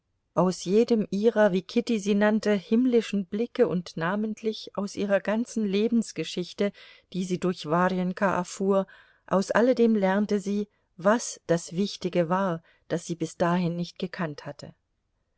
aus jedem ihrer wie kitty sie nannte himmlischen blicke und namentlich aus ihrer ganzen lebensgeschichte die sie durch warjenka erfuhr aus alledem lernte sie was das wichtige war das sie bis dahin nicht gekannt hatte